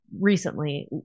recently